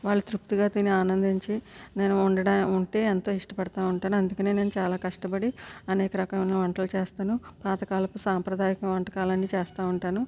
వాళ్ళు తృప్తిగా తిని ఆనందించి నేను వండుతూ ఉంటే ఎంత ఇష్టపడుతూ ఉంటాను అందుకనే నేను చాలా కష్టపడి అనేక రకమైన వంటలు చేస్తాను పాతకాలపు సాంప్రదాయక వంటకాలన్నీ చేస్తూ ఉంటాను